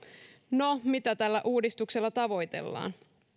no mitä tällä uudistuksella tavoitellaan